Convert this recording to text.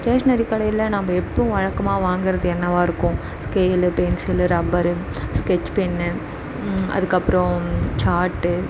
stationary கடையில் நம்ம எப்பவும் வழக்கமாக வாங்குகிறது என்னவாக இருக்கும் scale pencil rubber sketch pen அதுக்கு அப்புறம் சார்ட்டு